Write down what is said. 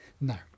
No